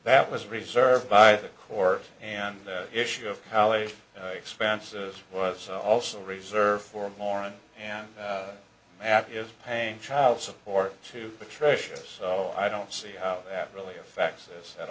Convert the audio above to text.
that was reserved by the court and the issue of how it expenses was also reserved for more of an ad is paying child support to patricia so i don't see how that really affects this at